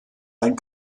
ein